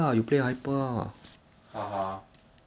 I trust dude I help your lane